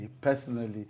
personally